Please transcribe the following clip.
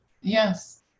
Yes